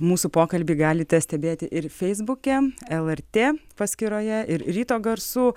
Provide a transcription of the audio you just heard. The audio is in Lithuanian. mūsų pokalbį galite stebėti ir feisbuke lrt paskyroje ir ryto garsų